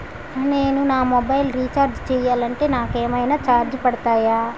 నేను నా mobile recharge చేయాలంటే నాకు ఏమైనా చార్జెస్ పడతాయా?